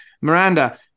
Miranda